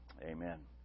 Amen